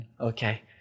okay